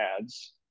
ads